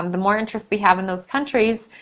um the more interest we have in those countries,